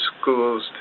schools